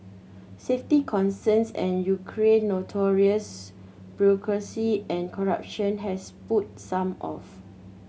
safety concerns and Ukraine notorious bureaucracy and corruption has put some off